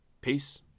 Peace